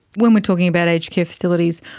when we are talking about aged care facilities,